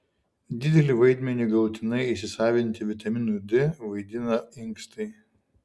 didelį vaidmenį galutinai įsisavinti vitaminui d vaidina inkstai